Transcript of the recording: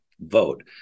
vote